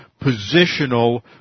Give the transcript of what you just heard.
positional